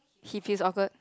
he feels awkward